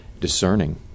discerning